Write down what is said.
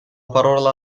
parola